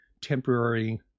temporary